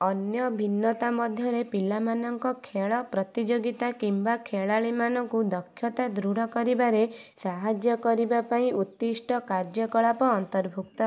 ଅନ୍ୟ ଭିନ୍ନତା ମଧ୍ୟରେ ପିଲାମାନଙ୍କ ଖେଳ ପ୍ରତିଯୋଗିତା କିମ୍ବା ଖେଳାଳିମାନଙ୍କୁ ଦକ୍ଷତା ଦୃଢ଼ କରିବାରେ ସାହାଯ୍ୟ କରିବା ପାଇଁ ଉଦ୍ଦିଷ୍ଟ କାର୍ଯ୍ୟକଳାପ ଅନ୍ତର୍ଭୁକ୍ତ